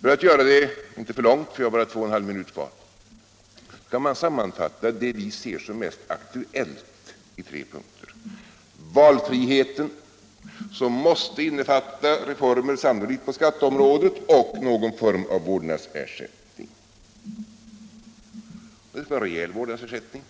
För att inte göra det för långt — jag har bara två och en halv minut kvar — kan man sammanfatta det som vi ser som mest aktuellt i några punkter. Valfriheten som måste innefatta reformer, sannolikt på skatteområdet, och någon form av vårdnadsersättning. Det skall vara en rejäl vårdnadsersättning,